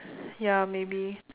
ya maybe